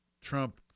Trump